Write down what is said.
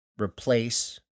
Replace